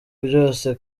byose